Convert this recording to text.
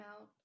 out